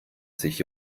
sich